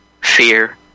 Fear